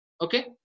okay